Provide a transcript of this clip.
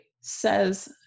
says